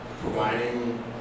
providing